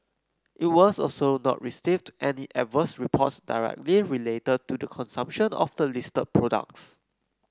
it was also not received any adverse reports directly related to the consumption of the listed products